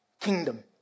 kingdom